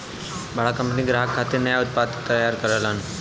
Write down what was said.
बड़ा कंपनी ग्राहक खातिर नया उत्पाद तैयार करलन